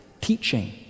teaching